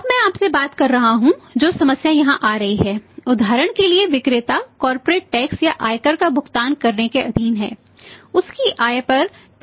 अब मैं आपसे बात कर रहा हूं जो समस्या यहां आ रही है उदाहरण के लिए विक्रेता कॉर्पोरेट टैक्स या आयकर का भुगतान करने के अधीन है उसकी आय पर 45 की दर से कर है